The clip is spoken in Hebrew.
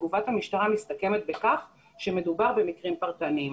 תגובת המשטרה מסתכמת בכך שמדובר במקרים פרטניים,